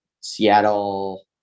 seattle